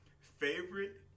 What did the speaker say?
favorite